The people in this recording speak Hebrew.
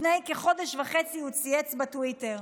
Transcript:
לפני כחודש וחצי הוא צייץ בטוויטר: